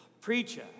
preacher